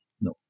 no